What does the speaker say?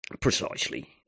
Precisely